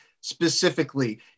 specifically